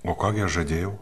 o ką gi aš žadėjau